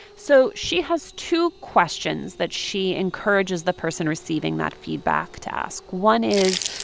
so she has two questions that she encourages the person receiving that feedback to ask. one is,